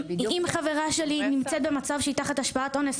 אם חברה שלי נמצאת במצב שהיא תחת השפעת סם אונס,